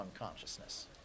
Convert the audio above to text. unconsciousness